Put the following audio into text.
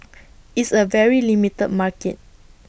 it's A very limited market